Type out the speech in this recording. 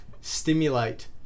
stimulate